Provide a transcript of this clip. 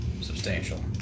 substantial